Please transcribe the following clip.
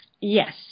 Yes